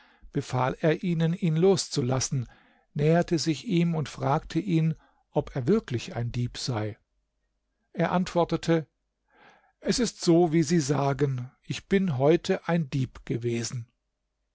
befahl er ihnen ihn loszulassen näherte sich ihm und fragte ihn ob er wirklich ein dieb sei er antwortete es ist so wie sie sagen ich bin heute ein dieb gewesen